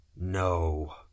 No